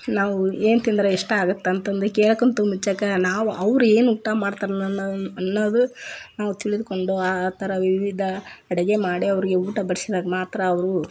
ನಾವು ಏನು ತಿಂದ್ರೆ ಇಷ್ಟ ಆಗುತ್ತೆ ಅಂತಂದು ಕೇಳ್ಕೊತ ಮುಂಚೇಗೆ ನಾವು ಅವ್ರ ಏನು ಊಟ ಮಾಡ್ತಾರ್ ಅನ್ನೋ ಅನ್ನೋದು ನಾವು ತಿಳಿದುಕೊಂಡು ಆ ಆ ಥರ ವಿವಿಧ ಅಡುಗೆ ಮಾಡಿ ಅವರಿಗೆ ಊಟ ಬಡಿಸಿದಾಗ ಮಾತ್ರ ಅವರು